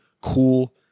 cool